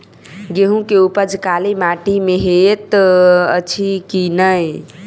गेंहूँ केँ उपज काली माटि मे हएत अछि की नै?